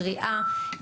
קריאה,